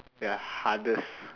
ya hardest